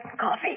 coffee